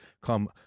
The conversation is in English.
come